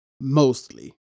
mostly